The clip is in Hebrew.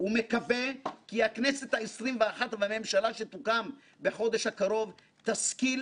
ומקווה כי הכנסת העשרים-ואחת והממשלה שתוקם בחודש הקרוב תשכיל